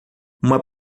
uma